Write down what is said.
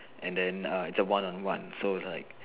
and then err it's a one on one so it's like